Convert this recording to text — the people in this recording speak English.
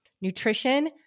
nutrition